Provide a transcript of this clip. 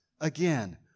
Again